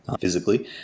physically